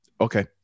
okay